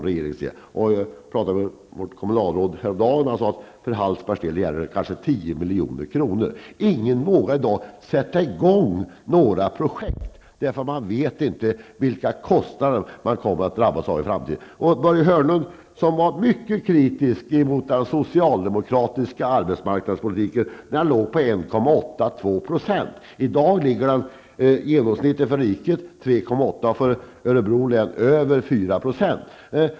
Jag talade med ett kommunalråd häromdagen, och han sade att det för Hallsbergs del gäller kanske 10 milj.kr. Ingen vågar i dag sätta i gång några projekt därför att man inte vet vilka kostnader som man kommer att drabbas av i framtiden. Börje Hörnlund var mycket kritisk mot den socialdemokratiska arbetsmarknadspolitiken när arbetslösheten var 1,8--2 %. I dag är genomsnittet för riket 3,8 %, och för Örebro län över 4 %.